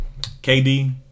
KD